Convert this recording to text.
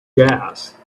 gas